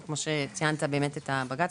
וכמו שציינת את העתירה לבג"ץ.